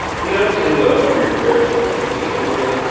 and we don't do a pre-prepared jokes on this show dan,